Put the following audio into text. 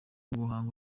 guhanga